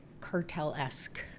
cartel-esque